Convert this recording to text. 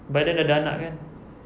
by then dah ada anak kan